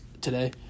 today